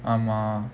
ah mah